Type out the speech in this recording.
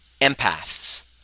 empaths